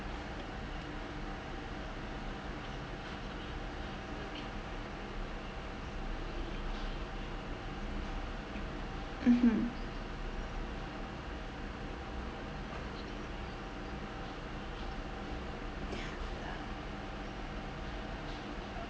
mmhmm